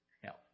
help